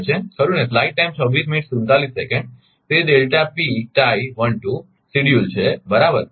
તેથી delta P tie 1 2 schedule છે બરાબર